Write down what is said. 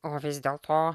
o vis dėlto